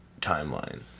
timeline